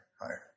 higher